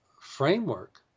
framework